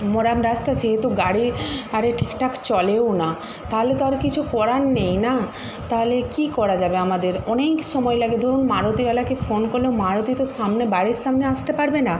মোরাম রাস্তা সেহেতু গাড়ি গাড়ি ঠিকঠাক চলেও না তাহলে তো আর কিছু করার নেই না তাহলে কী করা যাবে আমাদের অনেক সময় লাগে ধরুন মারুতিওয়ালাকে ফোন করল মারুতি তো সামনে বাড়ির সামনে আসতে পারবে না